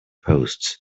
posts